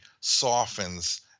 softens